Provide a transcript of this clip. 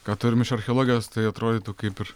ką turim iš archeologijos tai atrodytų kaip ir